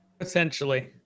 Essentially